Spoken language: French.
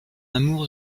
amour